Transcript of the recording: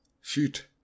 Shoot